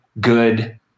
good